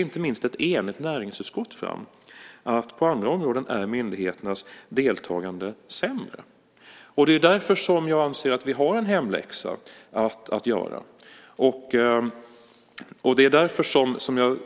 Inte minst ett enigt näringsutskott lyfter fram att myndigheternas deltagande på andra områden är sämre. Det är därför som jag anser att vi har en hemläxa att göra. Därför känner jag